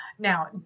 Now